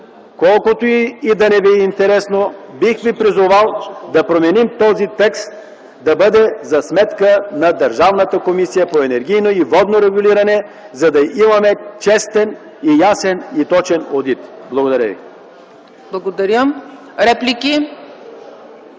колкото и да не ви е интересно, бих ви призовал да променим този текст – да бъде за сметка на Държавната комисия по енергийно и водно регулиране, за да имаме честен, ясен и точен одит. Благодаря. ПРЕДСЕДАТЕЛ